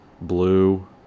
blue